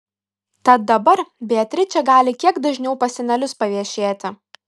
tad dabar beatričė gali kiek dažniau pas senelius paviešėti